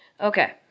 Okay